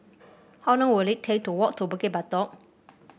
how long will it take to walk to Bukit Batok